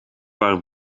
waren